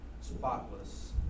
spotless